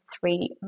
three